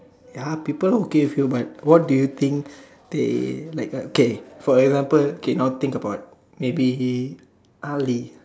ya people okay with you but what do you think they okay for example now think about maybe ugly